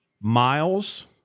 Miles